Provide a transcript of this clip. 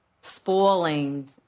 spoiling